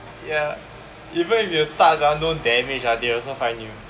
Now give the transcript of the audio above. ya even if you touch ah no damage ah they also fine you